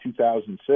2006